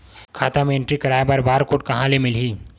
खाता म एंट्री कराय बर बार कोड कहां ले मिलही?